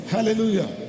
Hallelujah